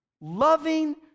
loving